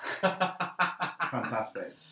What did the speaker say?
Fantastic